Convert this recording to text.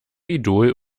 idol